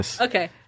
Okay